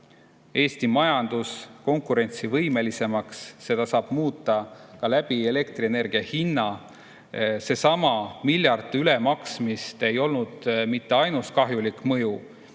Eesti majandus konkurentsivõimelisemaks. Seda saab muuta ka elektrienergia hinna kaudu. Seesama miljard ülemaksmist ei olnud mitte ainus tegemata